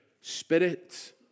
Spirit